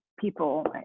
people